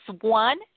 one